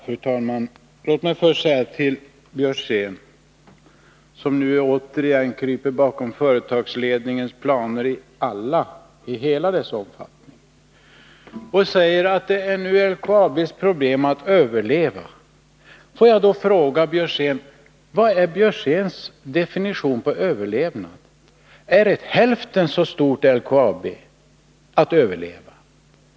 Fru talman! Låt mig först bemöta Karl Björzén, som återigen kryper bakom företagsledningens planer i deras hela omfattning och säger att det nu är LKAB:s problem att överleva. Får jag då fråga Karl Björzén: Vad är Karl Björzéns definition på överlevnad? Är ett hälften så stort LKAB detsamma som att företaget överlever?